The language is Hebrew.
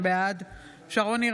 בעד שרון ניר,